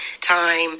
time